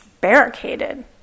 barricaded